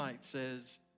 says